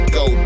go